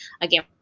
again